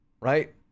Right